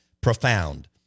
profound